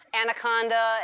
anaconda